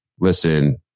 listen